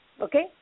okay